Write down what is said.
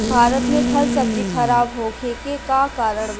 भारत में फल सब्जी खराब होखे के का कारण बा?